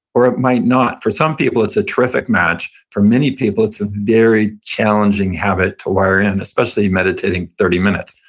or it might not. for some people, it's a terrific match. for many people, it's a very challenging habit to wire in, especially meditating thirty minutes